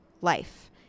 life